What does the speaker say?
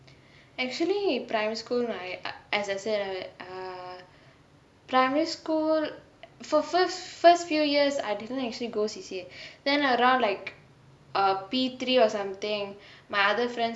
actually primary school my as I said err primary school for first first few years I didn't actually go C_C_A then around like err P three or something my other friends